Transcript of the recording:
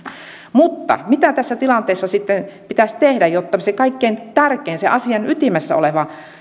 mutta mitä tässä tilanteessa sitten pitäisi tehdä jotta se kaikkein tärkein sen asian ytimessä oleva